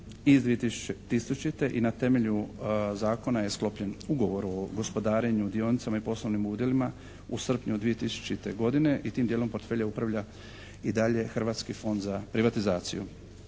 iz 2000. i na temelju Zakona je sklopljen ugovor o gospodarenju dionicama i poslovnim udjelima u srpnju 2000. godine i tim dijelom portfelja upravlja i dalje Hrvatski fond za privatizaciju.